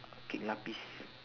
kek lapis